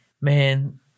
Man—